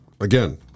Again